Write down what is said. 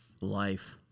Life